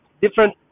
different